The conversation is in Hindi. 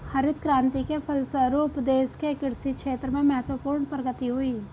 हरित क्रान्ति के फलस्व रूप देश के कृषि क्षेत्र में महत्वपूर्ण प्रगति हुई